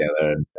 together